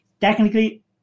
technically